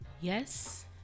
Yes